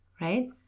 right